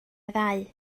ddau